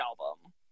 Album